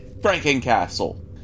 Frankencastle